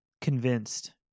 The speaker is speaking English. convinced